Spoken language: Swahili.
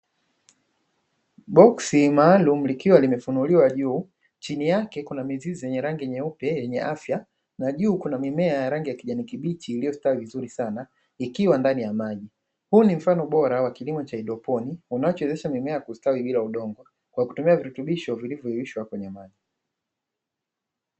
Boksi maalumu likiwa limefunuliwa juu chini yake kuna mizizi yenye rangi nyeupe yenye afya na juu kuna mimea ya rangi ya kijani kibichi iliyostawi vizuri sana ikiwa ndani ya maji. Huu ni mfano bora wa kilimo cha haidroponi unachowezesha mimea kustawi bila udongo kwa kutumia virutubisho vilivyoyeyushwa kwenye maji.